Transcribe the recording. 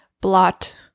blot